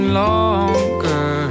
longer